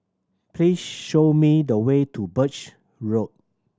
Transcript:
please show me the way to Birch Road